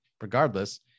regardless